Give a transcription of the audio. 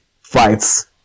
Fights